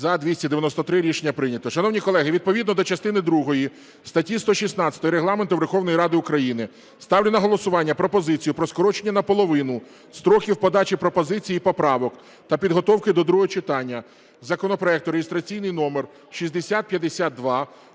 За-293 Рішення прийнято. Шановні колеги, відповідно до частини другої статті 116 Регламенту Верховної Ради України ставлю на голосування пропозицію про скорочення наполовину строків подачі пропозицій і поправок та підготовки до другого читання законопроекту (реєстраційний номер 6052)